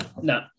No